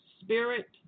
spirit